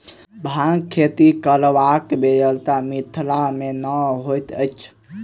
भांगक खेती करबाक बेगरता मिथिला मे नै होइत अछि